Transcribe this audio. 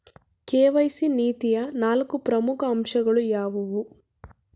KYC ನೀತಿಯ ನಾಲ್ಕು ಪ್ರಮುಖ ಅಂಶಗಳು ಯಾವುವು?